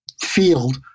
field